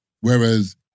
Whereas